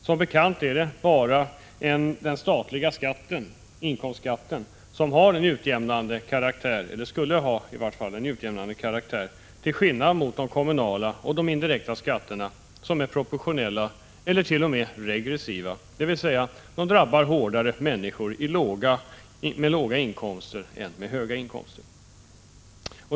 Som bekant är det bara den statliga inkomstskatten som har utjämnande karaktär, eller som åtminstone skulle ha det, till skillnad mot de kommunala och indirekta skatterna som är proportionella eller t.o.m. regressiva, dvs. de drabbar människor med låga inkomster hårdare än människor med höga inkomster.